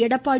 Edappadi